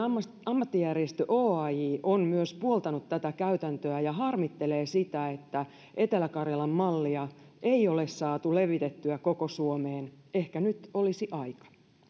ammattijärjestö oaj on myös puoltanut tätä käytäntöä ja harmittelee sitä että etelä karjalan mallia ei ole saatu levitettyä koko suomeen ehkä nyt olisi aika